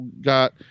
got